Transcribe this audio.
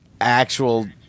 actual